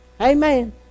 Amen